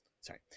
sorry